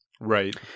Right